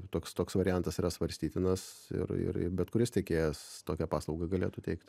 toks toks variantas yra svarstytinas ir ir bet kuris tiekėjas tokią paslaugą galėtų teikt